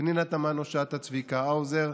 פנינה תמנו-שטה וצביקה האוזר,